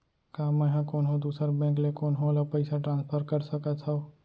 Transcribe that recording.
का मै हा कोनहो दुसर बैंक ले कोनहो ला पईसा ट्रांसफर कर सकत हव?